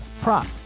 prop